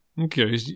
Okay